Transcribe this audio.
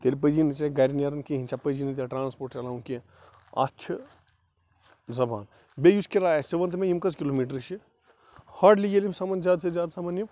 تیٚلہِ پَزی نہٕ ژےٚ گَرِ نیرُن کِہیٖنٛۍ ژےٚ پَزی نہٕ ٹرانسپوٹ چَلاوُن کیٚنٛہہ اَتھ چھِ زَبان بیٚیہِ یُس کِراے آسہِ ژٕ ون تہٕ مےٚ یِم کٔژھ کِلومیٖٹر چھِ ہاڈٕلی ییٚلہِ سَمن زیادٕ سے زیادٕ سَمن یِم